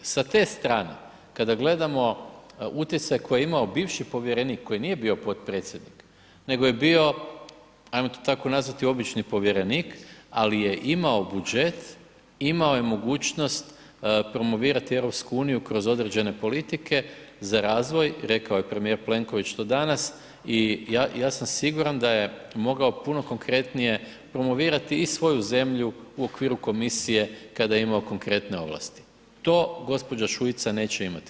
Sa te strane kada gledamo utjecaj koji je imao bivši povjerenik koji nije bio potpredsjednik nego je bio ajmo to tako nazvati obični povjerenik ali je imao budžet, imao je mogućnost promovirati EU kroz određene politike za razvoj, rekao je premijer Plenković to danas i ja sam siguran da je mogao puno konkretnije promovirati i svoju zemlju u okviru komisije kada je imao konkretne ovlasti, to gđa. Šuica neće imati.